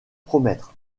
promettre